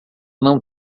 não